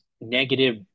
Negative